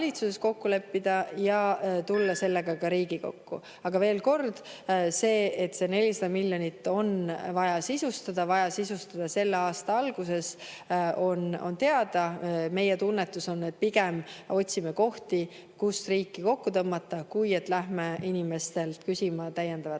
kokku leppida ja tulla sellega ka Riigikokku. Aga veel kord: 400 miljonit on vaja sisustada ja see on vaja sisustada selle aasta alguses. On teada, meie tunnetus on selline, et pigem otsime kohti, kust riiki kokku tõmmata, mitte ei lähe inimestelt küsima täiendavat